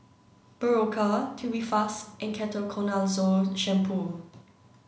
Berocca Tubifast and Ketoconazole Shampoo